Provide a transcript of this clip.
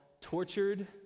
tortured